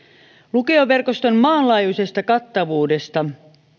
lukioverkoston maanlaajuisesta kattavuudesta